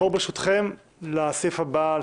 ברשותכם, נעבור לסעיף הבא על